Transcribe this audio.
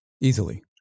easily